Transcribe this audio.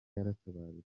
yaratabarutse